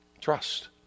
Trust